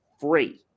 free